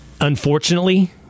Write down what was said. Unfortunately